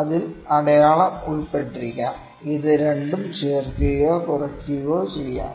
അതിൽ അടയാളം ഉൾപ്പെട്ടിരിക്കാം ഇത് രണ്ടും ചേർക്കുകയോ കുറയ്ക്കുകയോ ചെയ്യാം